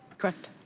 correct.